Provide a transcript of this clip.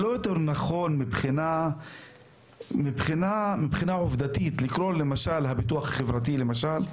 לא יותר נכון מבחינה עובדתית לקרוא לו הביטוח החברתי למשל?